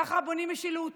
ככה בונים משילות.